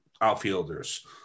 outfielders